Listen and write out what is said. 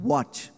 Watch